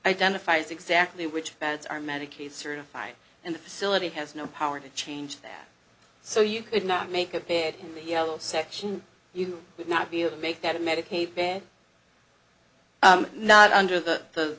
identifies exactly which beds are medicaid certified and the facility has no power to change that so you could not make a pit in the yellow section you would not be able to make that a medicaid bed not under the